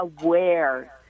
aware